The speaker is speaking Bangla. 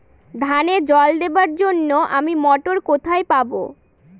ধানে জল দেবার জন্য আমি মটর কোথায় পাবো?